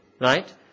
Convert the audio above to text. right